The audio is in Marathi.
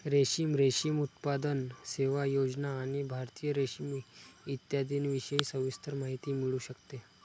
रेशीम, रेशीम उत्पादन, सेवा, योजना आणि भारतीय रेशीम इत्यादींविषयी सविस्तर माहिती मिळू शकते